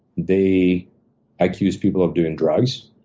they accused people of doing drugs,